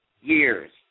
years